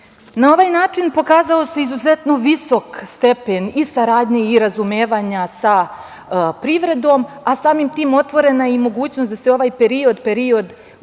ovaj način pokazao se izuzetno visok stepen i saradnje i razumevanja sa privredom, a samim tim otvorena je i mogućnost da se ovaj period, period koji je